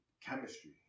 chemistry